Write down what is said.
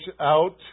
out